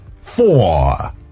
Four